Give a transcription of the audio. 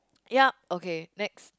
ya okay next